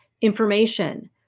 information